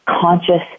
conscious